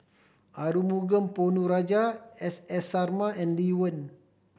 Arumugam Ponnu Rajah S S Sarma and Lee Wen